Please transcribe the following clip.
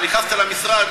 נכנסת למשרד,